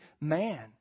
man